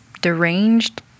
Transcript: deranged